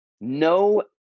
No